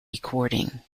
recording